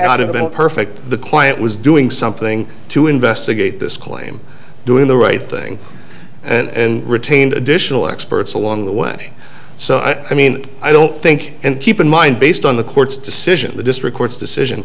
been perfect the client was doing something to investigate this claim doing the right thing and retained additional experts along the way so i mean i don't think and keep in mind based on the court's decision the district court's decision